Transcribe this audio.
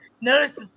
Notice